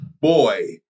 boy